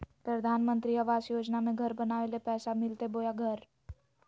प्रधानमंत्री आवास योजना में घर बनावे ले पैसा मिलते बोया घर?